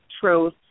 truth